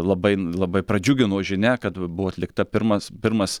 labai labai pradžiugino žinia kad buvo atlikta pirmas pirmas